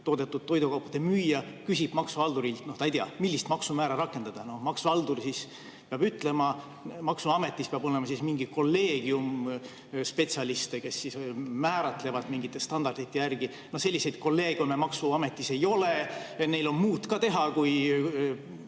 toodetud toidukaupade müüja küsib maksuhaldurilt, sest ta ei tea, millist maksumäära rakendada. Maksuhaldur peab ütlema. Maksuametis peab olema mingi kolleegium spetsialiste, kes määratlevad seda mingite standardite järgi. Selliseid kolleegiume maksuametis ei ole, neil on ka muud teha kui